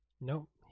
Nope